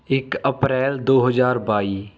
ਇੱਕ ਅਪ੍ਰੈਲ ਦੋ ਹਜ਼ਾਰ ਬਾਈ